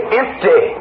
empty